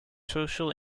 social